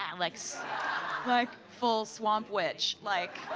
yeah like so like full swamp witch. like,